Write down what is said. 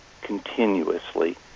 continuously